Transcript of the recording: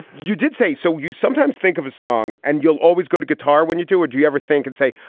you did say so. you sometimes think of a song and you'll always go to guitar when you do it. do you ever think and say,